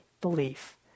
belief